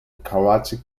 karachi